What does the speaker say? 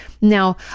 Now